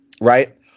right